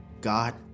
God